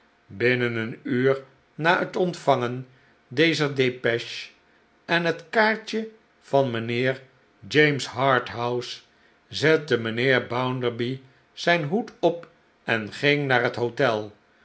binnen een uur na het ontvangen dezer depeche en het kaartje van mijnheer james harthouse zette mijnheer bounderby zijn hoed op en ging naar het hotel